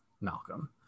malcolm